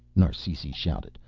narsisi shouted.